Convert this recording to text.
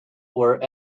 were